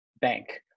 bank